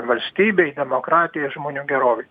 valstybei demokratijai ir žmonių gerovei